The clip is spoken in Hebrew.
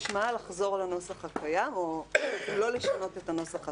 משמעו לחזור לנוסח הקיים או לא לשנות את הנוסח הקיים,